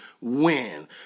win